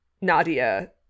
Nadia